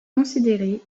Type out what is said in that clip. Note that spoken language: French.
considéré